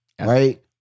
right